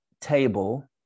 table